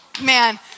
Man